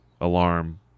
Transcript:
Alarm